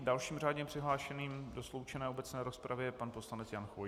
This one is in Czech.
Dalším řádně přihlášeným do sloučené obecné rozpravy je pan poslanec Jan Chvojka.